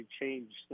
changed